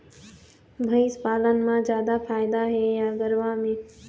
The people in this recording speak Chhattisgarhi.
भंइस पालन म जादा फायदा हे या गरवा में?